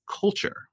culture